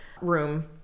room